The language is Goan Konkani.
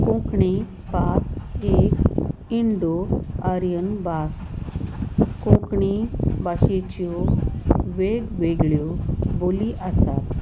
कोंकणी भास एक इंडो आर्यन भास कोंकणी भाशेच्यो वेगवेगळ्यो बोली आसात